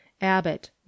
abbott